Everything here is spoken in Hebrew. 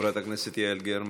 חברת הכנסת יעל גרמן,